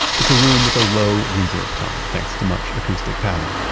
it's a room with a low reverb time, thanks to much acoustic padding,